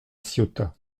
ciotat